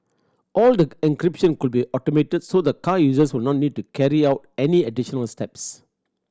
all the encryption could be automated so the car users would not need to carry out any additional steps